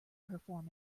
performance